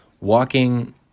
walking